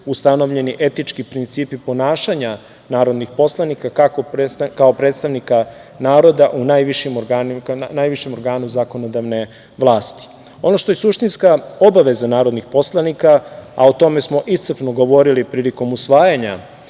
ustanovljeni etički principi ponašanja narodnih poslanika kao predstavnika naroda u najvišem organu zakonodavne vlasti. Ono što je suštinska obaveza narodnih poslanika, a o tome smo iscrpno govorili prilikom usvajanja